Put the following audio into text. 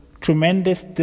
tremendous